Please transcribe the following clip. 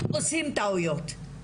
עושים טעויות,